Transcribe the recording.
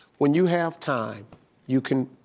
when you have time you can,